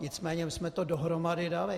Nicméně my jsme to dohromady dali.